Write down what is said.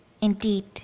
indeed